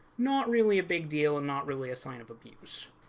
not really a big deal and not really a sign of abuse.